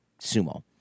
Sumo